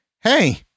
hey